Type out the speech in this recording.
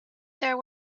there